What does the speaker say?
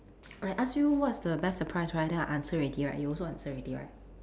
I ask you what's the best surprise right then I answer already you also answer already right